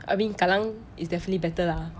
I mean kallang is definitely better lah